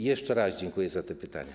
Jeszcze raz dziękuję za te pytania.